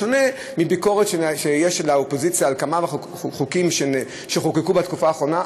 בשונה מהביקורת שיש לאופוזיציה על כמה חוקים שחוקקו בתקופה האחרונה,